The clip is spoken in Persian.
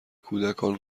کودکان